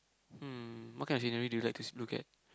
hmm what kind of scenery do you like to look at